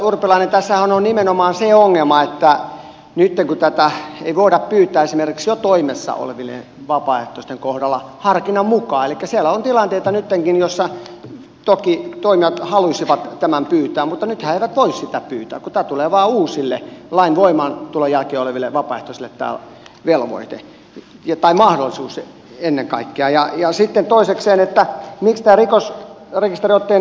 edustaja urpalainen tässähän on nimenomaan se ongelma että nytten tätä ei voida pyytää esimerkiksi jo toimessa olevien vapaaehtoisten kohdalla harkinnan mukaan elikkä siellä on nyttenkin tilanteita joissa toki toimijat haluaisivat tämän pyytää mutta nyt he eivät voi sitä syytä pitää tulevaa uusille lain pyytää kun tämä velvoite tai mahdollisuus ennen kaikkea tulee vain uusille lain voimaantulon jälkeen oleville vapaaehtoisille